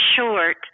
short